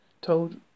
told